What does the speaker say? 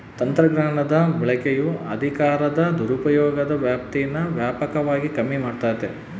ತಂತ್ರಜ್ಞಾನದ ಬಳಕೆಯು ಅಧಿಕಾರದ ದುರುಪಯೋಗದ ವ್ಯಾಪ್ತೀನಾ ವ್ಯಾಪಕವಾಗಿ ಕಮ್ಮಿ ಮಾಡ್ತತೆ